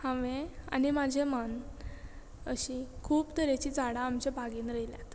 हांवें आनी म्हजें मन अशी खूब तरेचीं झाडां आमच्या बागेन रोयल्यात